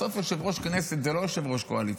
בסוף יושב-ראש כנסת זה לא ראש קואליציה.